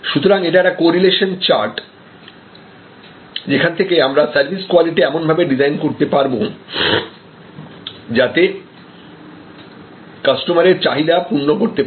সুতরাং এটা একটা কোরিলেশন চাট যেখান থেকে আমরা সার্ভিস কোয়ালিটি এমনভাবে ডিজাইন করতে পারব যাতে সেটা কাস্টমার এর চাহিদা পূর্ণ করতে পারে